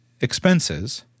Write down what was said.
expenses